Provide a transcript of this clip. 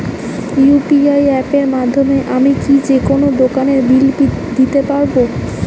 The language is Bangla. ইউ.পি.আই অ্যাপের মাধ্যমে আমি কি যেকোনো দোকানের বিল দিতে পারবো?